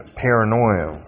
paranoia